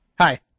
Hi